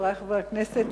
חברי חברי הכנסת,